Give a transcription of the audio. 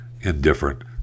indifferent